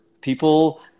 people